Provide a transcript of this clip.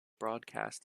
broadcast